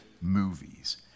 movies